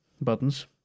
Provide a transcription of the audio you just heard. buttons